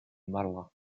marla